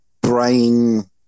brain